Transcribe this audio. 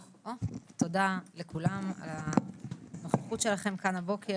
תודה לכולם על הנוכחות שלכם כאן הבוקר.